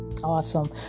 Awesome